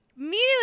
Immediately